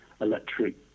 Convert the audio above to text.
electric